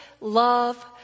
love